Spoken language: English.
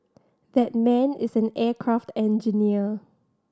that man is an aircraft engineer